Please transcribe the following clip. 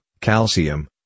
calcium